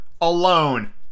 alone